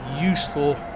useful